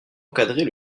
encadrer